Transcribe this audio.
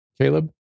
Caleb